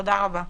תודה רבה.